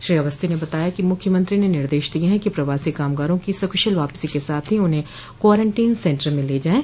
श्री अवस्थी ने बताया कि मुख्यमंत्री ने निर्देश दिये हैं कि प्रवासी कामगारों की सकुशल वापसी के साथ ही उन्हे क्वारंटीन सेण्टर में ले जाएं